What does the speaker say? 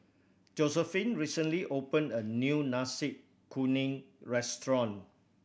Josephine recently opened a new Nasi Kuning restaurant